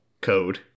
code